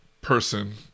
person